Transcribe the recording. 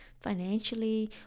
financially